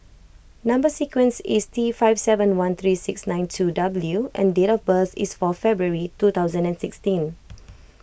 Number Sequence is T five seven one three six nine two W and date of birth is fourth February two thousand and sixteen